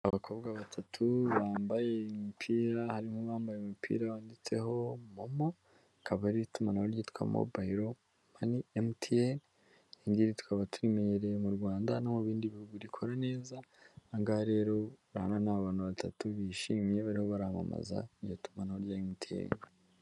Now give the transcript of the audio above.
Abakobwa batatu bambaye imipira, harimo abambaye umupira wanditseho momo, akaba ari itumanaho ryitwa mobayiro mani MTN, iri ngiri tukaba turimenyereye mu Rwanda no mu bindi bihugu, rikora neza, ahangaha rero ubana n'abantu batatu bishimye barimo baramamaza iryo tumanaho rya MTN.